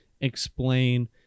explain